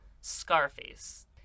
Scarface